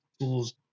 tools